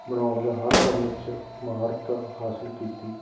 ਬਣਾਉਣ ਦਾ ਹਰ ਕੰਮ 'ਚ ਮਹਾਰਤ ਹਾਸਿਲ ਕੀਤੀ